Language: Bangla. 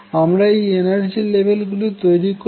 আমরা এই এনার্জি লেভেল গুলি তৈরি করবো